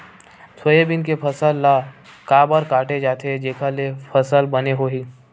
Soybean के फसल ल काबर काटे जाथे जेखर ले फसल बने होही?